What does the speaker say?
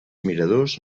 miradors